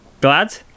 glad